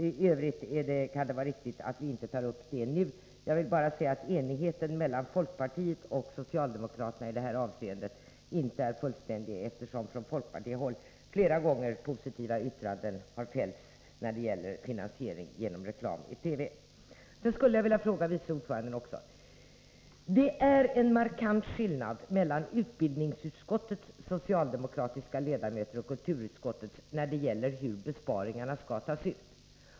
I övrigt kan det vara riktigt att vi inte tar upp det nu. Jag vill bara säga att enigheten mellan folkpartiet och socialdemokraterna i det här avseendet inte är fullständig, eftersom från folkpartihåll flera gånger positiva yttranden har fällts när det gäller finansiering genom reklam i TV. Sedan skulle jag vilja ställa ytterligare en fråga till vice ordföranden. Det är en markant skillnad mellan utbildningsutskottets socialdemokratiska ledamöter och kulturutskottets när det gäller hur besparingarna skall tas ut.